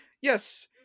Yes